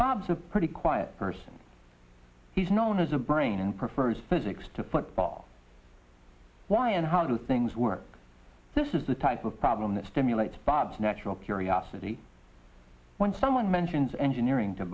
bob's a pretty quiet person he's known as a rain prefers physics to football why and how do things work this is the type of problem that stimulates bob's natural curiosity when someone mentions engineering to